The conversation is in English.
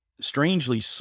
strangely